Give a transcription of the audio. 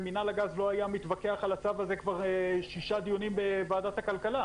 ומינהל הגז לא היה מתווכח על הצו הזה כבר שישה דיונים בוועדת הכלכלה.